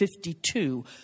52